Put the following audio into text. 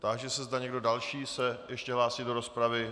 Táži se, zda někdo další se ještě hlásí do rozpravy.